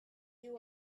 you